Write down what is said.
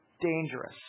dangerous